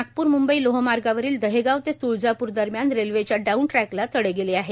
नागपूर मुंबई लोह मार्गावरील दहेगाव ते तुळजापूर दरम्यान रेल्वेच्या डाऊन ट्रॅकला तडे गेले आहे